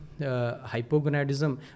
hypogonadism